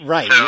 Right